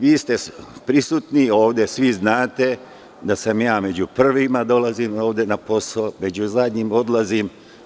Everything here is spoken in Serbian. Vi ste prisutni ovde i svi znate da ja među prvima dolazim na posao i među zadnjim odlazim.